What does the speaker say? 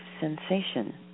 sensation